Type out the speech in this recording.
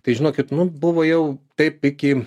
tai žinokit nu buvo jau taip iki